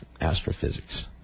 astrophysics